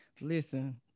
Listen